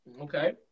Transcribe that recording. Okay